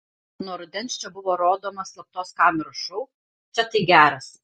nuo rudens čia buvo rodomas slaptos kameros šou čia tai geras